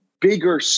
bigger